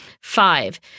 Five